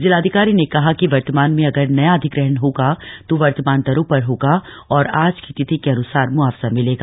जिलाधिकारी ने कहा कि वर्तमान में अगर नया अधिग्रहण होगा तो वर्तमान दरों पर होगा और आज की तिथि के अन्सार मुआवजा मिलेगा